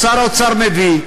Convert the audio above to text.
או שר האוצר מביא,